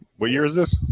what year is this?